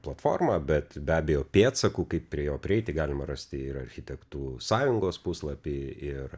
platformą bet be abejo pėdsakų kaip prie jo prieiti galima rasti ir architektų sąjungos puslapy ir